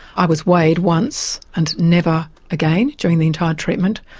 i was weighed once and never again during the entire treatment.